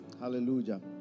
Hallelujah